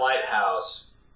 lighthouse